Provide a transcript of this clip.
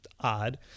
odd